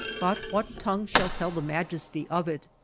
but what tongue shall tell the majesty of it,